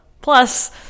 Plus